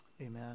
amen